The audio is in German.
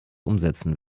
umsetzen